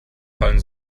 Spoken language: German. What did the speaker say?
fallen